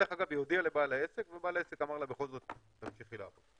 היא הודיעה לבעל העסק ובעל העסק בא אמר לה: בכל זאת תמשיכי לעבוד.